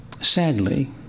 sadly